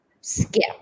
skip